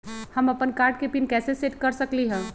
हम अपन कार्ड के पिन कैसे सेट कर सकली ह?